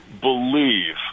believe